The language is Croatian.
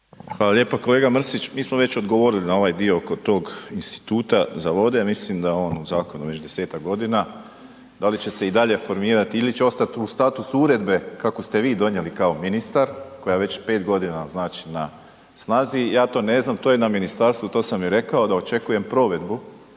Hvala lijepa. Kolega Mrsić, mi smo već odgovorili na ovaj dio kod tog Instituta za vode, ja mislim da je on u zakonu već desetak godina. Da li će se i dalje formirati ili će ostati u statusu uredbe kako ste vi donijeli kao ministar, koja je već pet godina znači na snazi, ja to ne znam, to je na ministarstvu, to sam i rekao da očekujem provedbu